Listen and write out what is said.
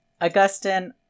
Augustine